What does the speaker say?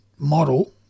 Model